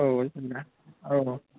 औ औ